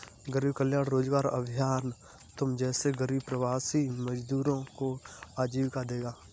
गरीब कल्याण रोजगार अभियान तुम जैसे गरीब प्रवासी मजदूरों को आजीविका देगा